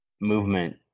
movement